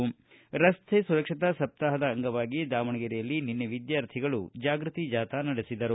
ಸಂಗ್ರಾಂಗ್ ರಸ್ತೆ ಸುರಕ್ಷತಾ ಸಪ್ತಾಹದ ಅಂಗವಾಗಿ ದಾವಣಗೆರೆಯಲ್ಲಿ ನಿನ್ನೆ ವಿದ್ಕಾರ್ಥಿಗಳು ಜಾಗೃತಿ ಜಾಥಾ ನಡೆಸಿದರು